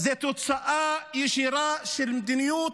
הוא תוצאה ישירה של מדיניות